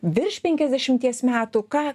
virš penkiasdešimties metų ką